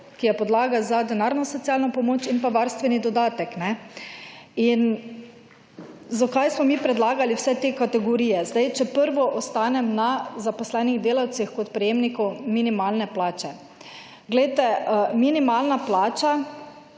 ki je podlaga za denarno socialno pomoč in varstveni dodatek. In zakaj smo mi predlagali vse te kategorije? Če najprej ostanem na zaposlenih delavcih kot prejemnikih minimalne plače. Poglejte, minimalna plača